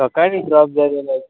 सोकाणी drop जाय जाल्यार